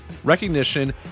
Recognition